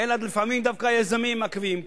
אלא לפעמים דווקא היזמים מעכבים,